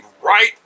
right